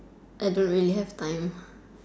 I don't really have time